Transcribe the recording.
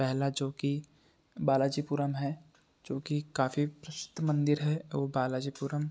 पहला जो कि बालाजी पुरम है जो की काफ़ी प्रसिद्ध मंदिर है वो बालाजी पुरम